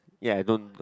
ya I don't